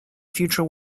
future